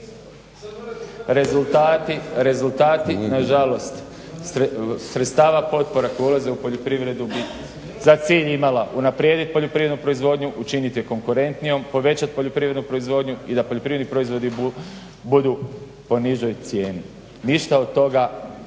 Rezultati nažalost sredstava potpora koje ulaze u poljoprivredu za cilj imalo unaprijed poljoprivrednu proizvodnju, učiniti je konkurentnijom, povećati poljoprivrednu proizvodnju i da poljoprivredni proizvodi budu po nižoj cijeni. Ništa od toga nije